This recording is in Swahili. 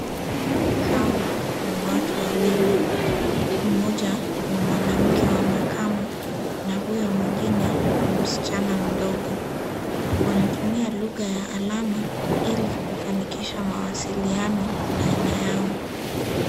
Hawa ni watu wawili, mmoja ni mwanamke wa makamo na huyo mwingine ni msichana mdogo. Wanatumia lugha ya alama ili kufanikisha mawasiliano baina yao.